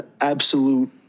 absolute